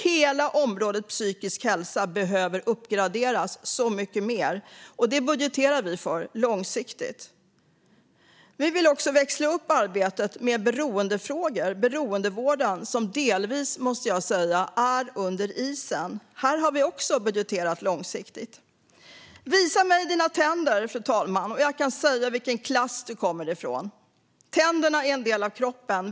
Hela området psykisk hälsa behöver uppgraderas så mycket mer, och det budgeterar vi för långsiktigt. Vi vill också växla upp arbetet med beroendefrågor och beroendevården, som delvis är under isen. Här har vi också budgeterat långsiktigt. Visa mig dina tänder, fru talman, och jag kan säga vilken klass du kommer från. Tänderna är en del av kroppen.